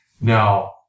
Now